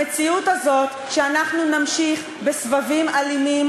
המציאות הזאת שאנחנו נמשיך בסבבים אלימים,